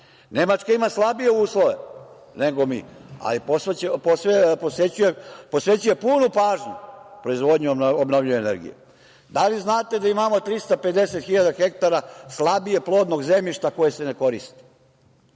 Nemačka ima slabije uslove nego mi, ali posvećuje punu pažnju proizvodnji obnovljive energije. Da li znate da imao 350 hiljada hektara slabije plodnog zemljišta koje se ne koristi?